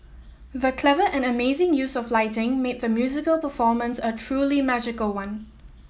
the clever and amazing use of lighting made the musical performance a truly magical one